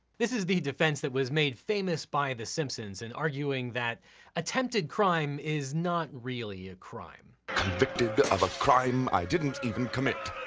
this is the defense that was made famous by the simpsons in arguing that attempted crime is not really a crime. convicted of a crime i didn't even commit.